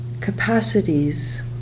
capacities